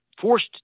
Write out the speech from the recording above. forced